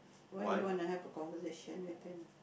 why you want to have a conversation with him